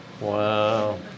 Wow